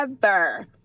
forever